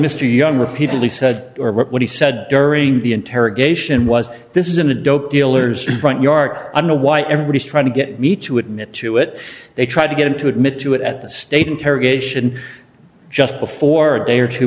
mr young repeatedly said or what he said during the interrogation was this isn't a dope dealers front yard i know why everybody's trying to get me to admit to it they tried to get him to admit to it at the state interrogation just before a day or two